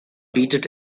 bietet